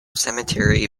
cemetery